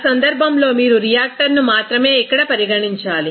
ఆ సందర్భంలో మీరు రియాక్టర్ను మాత్రమే ఇక్కడ పరిగణించాలి